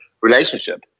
relationship